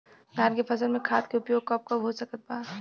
धान के फसल में खाद के उपयोग कब कब हो सकत बा?